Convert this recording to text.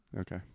Okay